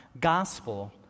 gospel